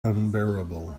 unbearable